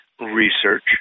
Research